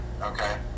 okay